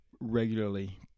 regularly